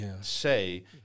say